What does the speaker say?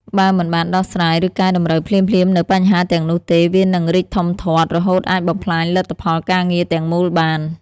បើមិនបានដោះស្រាយ ឬកែតម្រូវភ្លាមៗនូវបញ្ហាទាំងនោះទេ វានឹងរីកធំធាត់ រហូតអាចបំផ្លាញលទ្ធផលការងារទាំងមូលបាន។